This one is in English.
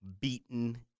beaten